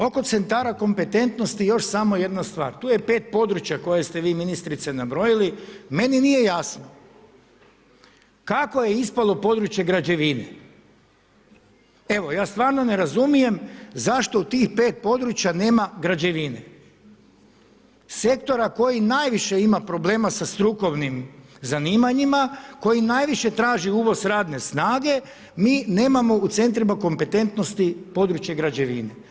Oko centara kompetentnosti, još samo jedna stvar, tu je 5 područja koja ste vi ministrice nabrojili, meni nije jasno, kako je ispalo područje građevine, evo ja stvarno ne razumijem, zašto u tih 5 područja nema građevine, sektora koji najviše ima problema sa strukovnim zanimanjima, koji najviše traži uvoz radne snage, mi nemamo u centrima kompetentnosti područje građevine.